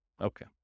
Okay